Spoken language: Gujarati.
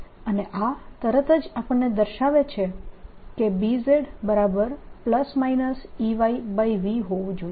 અને આ તરત જ આપણને દર્શાવે છે કે Bz±Eyv હોવું જોઈએ